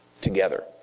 together